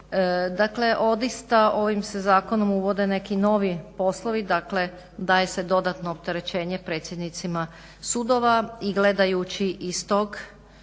Dakle, odista ovim se zakonom uvode neki novi poslovi, dakle daje se dodatno opterećenje predsjednicima sudova i gledajući iz tog